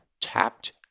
tapped